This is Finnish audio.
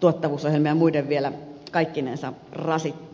tuottavuusohjelmien ja muiden vielä kaikkinensa rasittaa